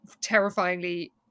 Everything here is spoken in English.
Terrifyingly